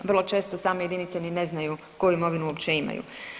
Vrlo često same jedinice ni ne znaju koju imovinu uopće imaju.